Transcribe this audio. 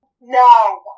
No